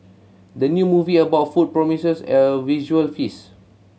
the new movie about food promises a visual feast